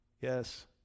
Yes